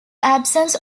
absence